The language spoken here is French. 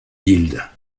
guilde